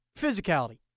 physicality